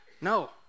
No